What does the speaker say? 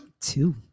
Two